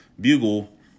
Bugle